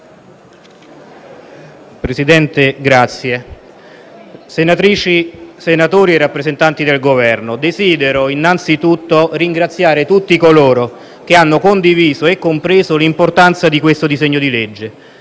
Presidente, senatrici, senatori, rappresentati del Governo, desidero innanzi tutto ringraziare tutti coloro che hanno condiviso, e compreso, l'importanza di questo disegno di legge.